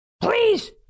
Please